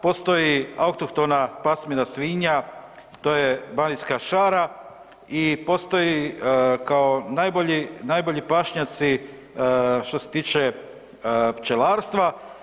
Postoji autohtona pasmina svinja to je banijska šara i postoji kao najbolji pašnjaci što se tiče pčelarstva.